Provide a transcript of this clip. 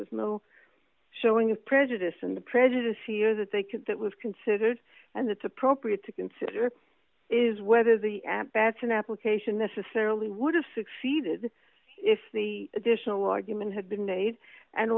was no showing of prejudice in the prejudice here that they can that was considered and it's appropriate to consider is whether the at bats an application this is fairly would have succeeded if the additional argument had been made and